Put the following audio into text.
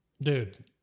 Dude